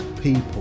people